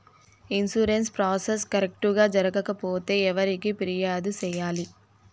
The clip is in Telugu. ఇన్సూరెన్సు ప్రాసెస్ కరెక్టు గా జరగకపోతే ఎవరికి ఫిర్యాదు సేయాలి